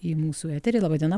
į mūsų eterį laba diena